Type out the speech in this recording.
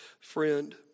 Friend